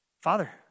Father